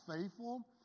faithful